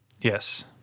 Yes